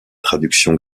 traductions